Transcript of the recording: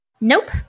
Nope